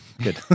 good